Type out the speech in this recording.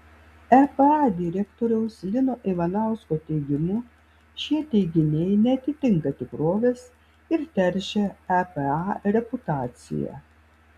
epa direktoriaus lino ivanausko teigimu šie teiginiai neatitinka tikrovės ir teršia epa reputaciją